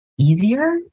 easier